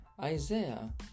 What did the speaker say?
Isaiah